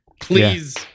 Please